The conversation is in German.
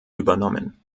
übernommen